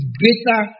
greater